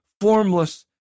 formless